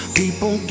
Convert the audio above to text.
people